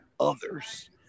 others